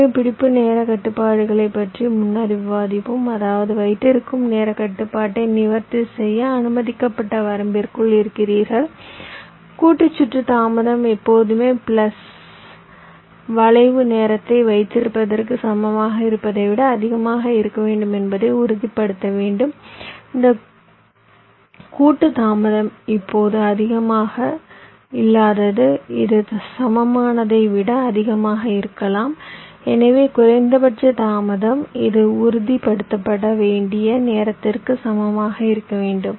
எனவே பிடிப்பு நேரக் கட்டுப்பாடுகளை பற்றி முன்னர் விவாதித்தோம் அதாவது வைத்திருக்கும் நேரக் கட்டுப்பாட்டை நிவர்த்தி செய்ய அனுமதிக்கப்பட்ட வரம்பிற்குள் இருக்கிறீர்கள் கூட்டு சுற்று தாமதம் எப்போதுமே பிளஸ் வளைவு நேரத்தை வைத்திருப்பதற்கு சமமாக இருப்பதை விட அதிகமாக இருக்க வேண்டும் என்பதை உறுதிப்படுத்த வேண்டும் இந்த கூட்டு தாமதம் இப்போது அதிகபட்சமாக இல்லாதது இது சமமானதை விட அதிகமாக இருக்கலாம் எனவே குறைந்தபட்ச தாமதம் இது உறுதிப்படுத்தப்பட வேண்டிய நேரத்திற்கு சமமாக இருக்க வேண்டும்